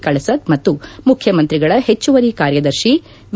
ಕಳಸದ್ ಮತ್ತು ಮುಖ್ಯಮಂತ್ರಿಗಳ ಹೆಚ್ಸಿವರಿ ಕಾರ್ಯದರ್ತಿ ವಿ